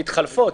מתחלפות,